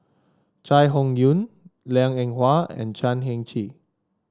Chai Hon Yoong Liang Eng Hwa and Chan Heng Chee